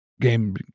game